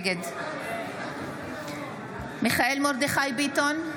נגד מיכאל מרדכי ביטון,